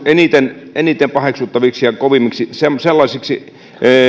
eniten eniten paheksuttaviksi ja kovimmiksi rikoksiksi sellaisiksi